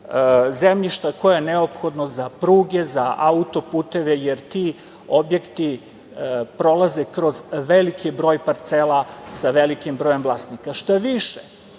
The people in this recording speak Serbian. zemljišta koje je neophodno za pruge, za auto-puteve, jer ti objekti prolaze kroz veliki broj parcela sa velikim brojem vlasnika. Šta više,